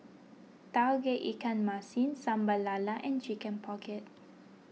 Tauge Ikan Masin Sambal Lala and Chicken Pocket